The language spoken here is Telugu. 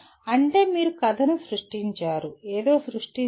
అంటే మీరు కథను సృష్టించారు ఏదో సృష్టించారు